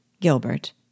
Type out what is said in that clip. Gilbert